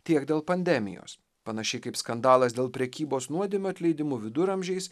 tiek dėl pandemijos panašiai kaip skandalas dėl prekybos nuodėmių atleidimu viduramžiais